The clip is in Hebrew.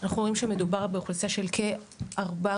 אנחנו רואים שמדובר באוכלוסייה של כ-466,000,